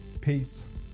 peace